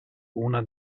una